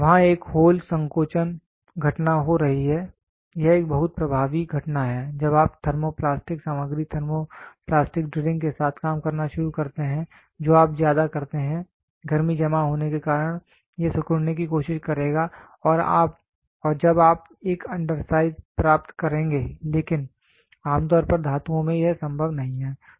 वहाँ एक होल संकोचन घटना हो रही है यह एक बहुत प्रभावी घटना है जब आप थर्मोप्लास्टिक सामग्री थर्मोप्लास्टिक ड्रिलिंग के साथ काम करना शुरू करते हैं जो आप ज्यादा करते हैं गर्मी जमा होने के कारण यह सिकुड़ने की कोशिश करेगा और जब आप एक अंडरसाइज प्राप्त करेंगे लेकिन आमतौर पर धातुओं में यह संभव नहीं है